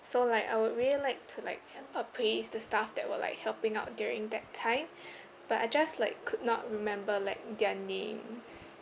so like I would really like to like appraise the staff that were like helping out during that time but I just like could not remember like their names